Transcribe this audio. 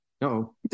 no